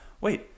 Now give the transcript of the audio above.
wait